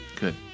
Good